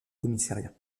commissariat